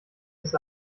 das